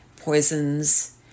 poisons